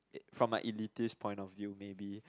it from my elitise point of view maybe